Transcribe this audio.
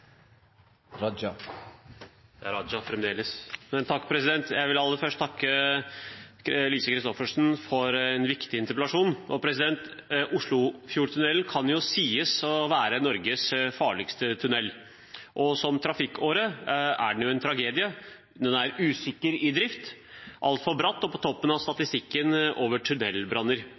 Jeg vil aller først takke Lise Christoffersen for en viktig interpellasjon. Oslofjordtunnelen kan sies å være Norges farligste tunnel, og som trafikkåre er den en tragedie. Den er usikker i drift, altfor bratt og på toppen av statistikken over